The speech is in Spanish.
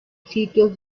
sitios